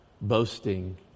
boasting